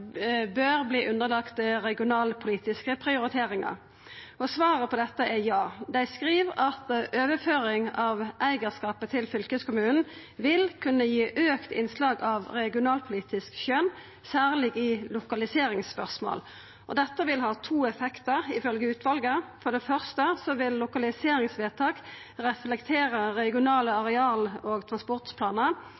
bør verta underlagt dei regionalpolitiske prioriteringane. Svaret på dette er ja. Dei skriv at overføring av eigarskap til fylkeskommunen vil kunne gi auka innslag av regionalpolitisk skjønn, særleg i lokaliseringsspørsmål. Dette vil ha to effektar, ifølgje utvalet: For det fyrste vil lokaliseringsvedtak reflektera regionale